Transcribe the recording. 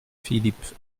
philippe